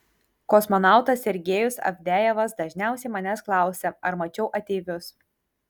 kosmonautas sergejus avdejevas dažniausiai manęs klausia ar mačiau ateivius